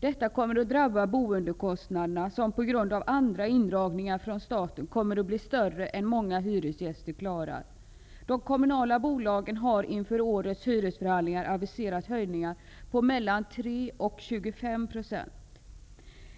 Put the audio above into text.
Detta kommer att drabba boendekostnaderna, som på grund av andra indragningar från staten kommer att bli större än många hyresgäster klarar. De kommunala bolagen har inför årets hyresförhandlingar aviserat höjningar på 3--25 %.